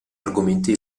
argomenti